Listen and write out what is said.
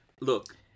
Look